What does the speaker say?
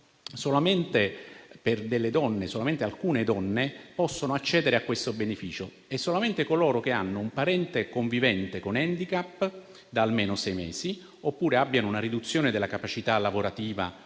estremamente ridotta. Inoltre, solamente alcune donne possono accedere a questo beneficio, ovvero solo coloro che hanno un parente convivente con *handicap* da almeno sei mesi oppure abbiano una riduzione della capacità lavorativa